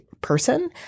person